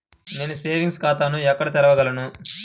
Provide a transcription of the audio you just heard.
నేను సేవింగ్స్ ఖాతాను ఎక్కడ తెరవగలను?